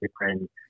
different